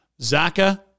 Zaka